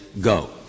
go